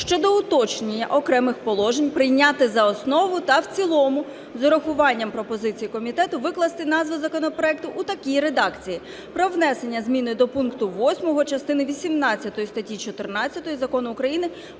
щодо уточнення окремих положень прийняти за основу та в цілому. З урахуванням пропозицій комітету викласти назву законопроекту у такій редакції: про внесення змін до пункту 8 частини вісімнадцятої статті 14 Закону України